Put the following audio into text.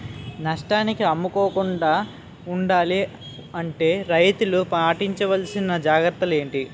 నష్టానికి అమ్ముకోకుండా ఉండాలి అంటే రైతులు పాటించవలిసిన జాగ్రత్తలు ఏంటి